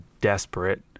desperate